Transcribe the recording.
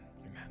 Amen